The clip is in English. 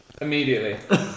Immediately